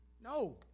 No